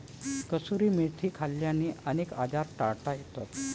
कसुरी मेथी खाल्ल्याने अनेक आजार टाळता येतात